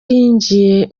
yinjiye